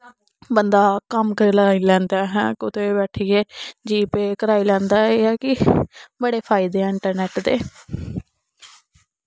बंदा कम्म करी लैंदा हैं कुते बैठिये जी पे कराई लैंदा ऐ एह् ऐ के बड़े फायदे ऐ इंटरनेट दे